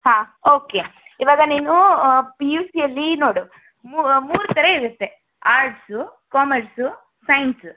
ಹಾಂ ಓಕೆ ಇವಾಗ ನೀನು ಪಿ ಯು ಸಿಯಲ್ಲಿ ನೋಡು ಮೂರು ಥರ ಇರುತ್ತೆ ಆರ್ಟ್ಸು ಕಾಮರ್ಸು ಸೈನ್ಸು